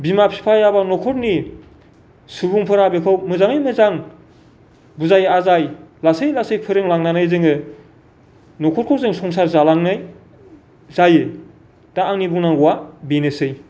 बिमा बिफाया एबा न'खरनि सुबुंफोरा बेखौ मोजाङै मोजां बुजाय आजाय लासै लासै फोरोंलांनानै जोङो न'खरखौ जों संसार जालांनाय जायो दा आंनि बुंनांगौआ बेनोसै